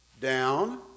down